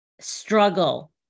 struggle